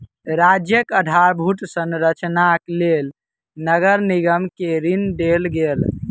राज्यक आधारभूत संरचनाक लेल नगर निगम के ऋण देल गेल